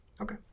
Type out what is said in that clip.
Okay